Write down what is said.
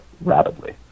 rapidly